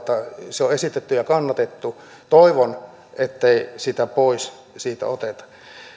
se on esitetty ja sitä on kannatettu toivon ettei sitä pois siitä oteta